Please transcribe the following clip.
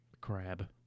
Crab